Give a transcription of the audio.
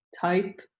type